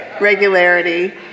regularity